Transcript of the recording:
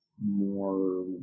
more